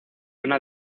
una